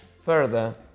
further